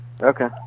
Okay